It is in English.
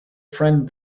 friend